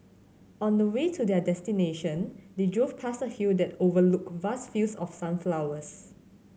on the way to their destination they drove past a hill that overlooked vast fields of sunflowers